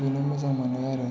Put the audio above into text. उन्दुनो मोजां मोनो आरो